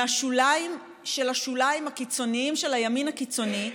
מהשוליים של השוליים הקיצוניים של הימין הקיצוני,